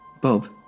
Bob